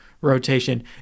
rotation